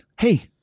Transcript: Hey